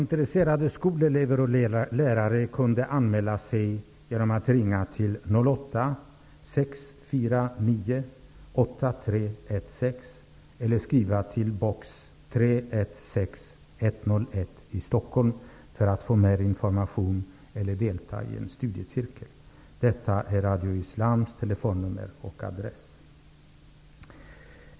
Intresserade skolelever och lärare kunde anmäla sig genom att ringa 08-649 83 16 eller genom att skriva till Box 316, 101 24 Stockholm för att få mer information eller för att delta i en studiecirkel. Detta är Radio Islams telefonnummer och adress.